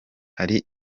hari